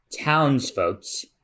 townsfolks